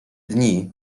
dni